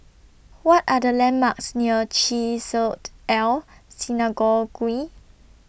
What Are The landmarks near Chesed El Synagogue